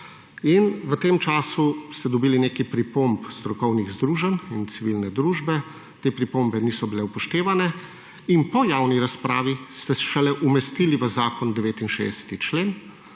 V tem času ste dobili nekaj pripomb strokovnih združenj in civilne družbe. Te pripombe niso bile upoštevane. Po javni razpravi ste šele umestili v zakon spremembe